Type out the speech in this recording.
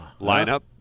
lineup